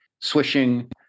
swishing